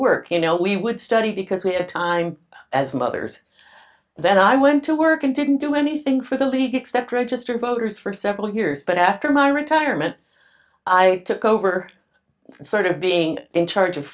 work you know we would study because we had time as mothers then i went to work and didn't do anything for the league except registered voters for several years but after my retirement i took over and sort of being in charge of